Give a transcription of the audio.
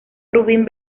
rubin